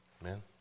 Amen